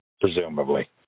presumably